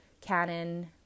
Canon